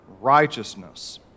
righteousness